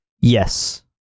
Yes